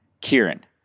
Kieran